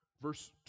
Verse